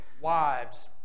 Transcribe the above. Wives